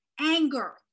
anger